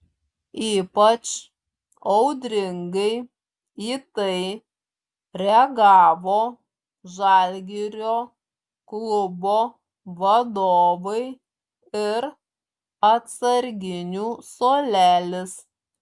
ypač audringai į tai reagavo žalgirio klubo vadovai ir atsarginių suolelis